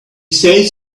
says